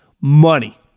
money